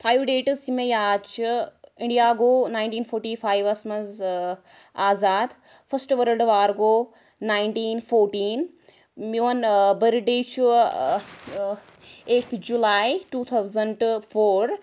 five dates یِم مےٚ یاد چھِ انڈیا گوٚو ناینٹی فوٹی فایوَس مَنٛز آزاد فٔسٹ ورلڈٕ وار گوٚو ناینٹیٖن فورٹیٖن میون برتھ ڈے چھُ eighth July two thousand four